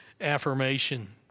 affirmation